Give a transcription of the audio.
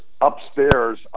upstairs